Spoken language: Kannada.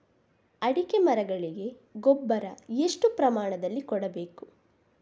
ಅಡಿಕೆ ಮರಗಳಿಗೆ ಗೊಬ್ಬರ ಎಷ್ಟು ಪ್ರಮಾಣದಲ್ಲಿ ಕೊಡಬೇಕು?